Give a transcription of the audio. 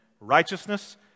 righteousness